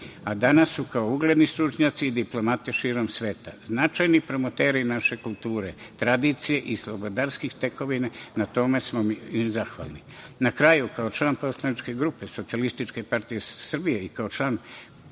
a danas su kao ugledni stručnjaci i diplomate širom sveta, značajni promoteri naše kulture, tradicije i slobodarskih tekovina i na tome smo im zahvalni. Na kraju, kao član poslaničke grupe SPS i kao član